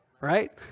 right